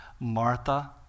Martha